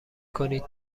کنید